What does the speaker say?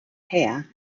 hare